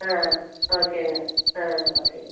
ஆ ஓகேங்க ஆ ஓகேங்க